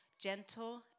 gentle